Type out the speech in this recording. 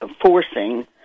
forcing